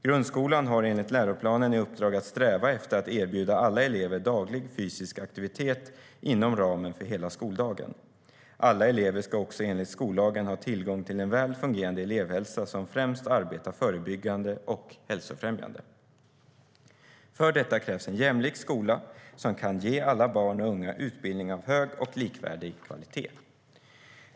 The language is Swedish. Grundskolan har enligt läroplanen i uppdrag att sträva efter att erbjuda alla elever daglig fysisk aktivitet inom ramen för hela skoldagen. Alla elever ska också enligt skollagen ha tillgång till en väl fungerande elevhälsa som främst arbetar förebyggande och hälsofrämjande. För detta krävs en jämlik skola som kan ge alla barn och unga utbildning av hög och likvärdig kvalitet.